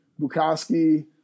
bukowski